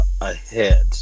ahead